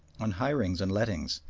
on hirings and lettings,